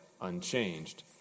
unchanged